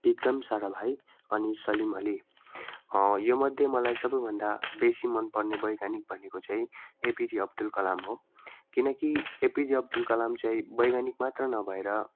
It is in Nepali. विक्रम सारा भाइ अनि सलिम अली यो मध्ये मलाई सबैभन्दा बेसी मन पर्ने वैज्ञानिक भनेको चाहिँ एपिजे अब्दुल कलाम हो किनकि एपिजे अब्दुल कलाम चै वैज्ञानिक मात्र नभएर